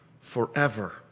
forever